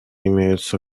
имеются